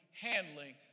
handling